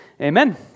amen